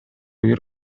бир